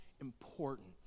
important